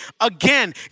again